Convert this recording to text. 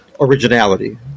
originality